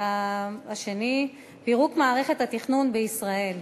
פירוק מערכת התכנון בישראל,